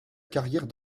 carrière